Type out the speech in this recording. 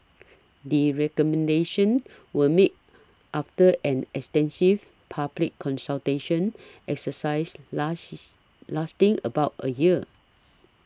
the recommendations were made after an extensive public consultation exercise last lasting about a year